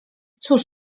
cóż